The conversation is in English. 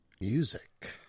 Music